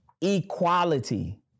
equality